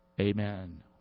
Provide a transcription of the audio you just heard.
Amen